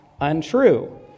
untrue